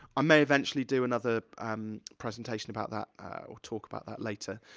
i may eventually do another um presentation about that or talk about that later.